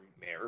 Mayor